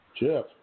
Jeff